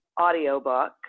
audiobook